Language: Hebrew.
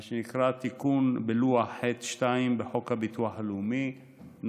מה שנקרא תיקון בלוח ח'2 בחוק הביטוח הלאומי ,